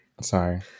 Sorry